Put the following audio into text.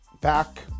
back